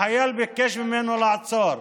החייל ביקש ממנו לעצור,